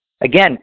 Again